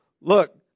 look